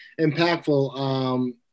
impactful